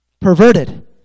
perverted